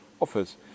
offers